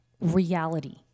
reality